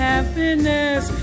Happiness